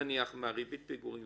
נניח מריבית הפיגורים,